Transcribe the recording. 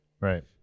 Right